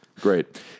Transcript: Great